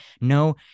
no